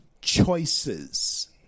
Choices